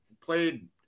played